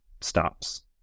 stops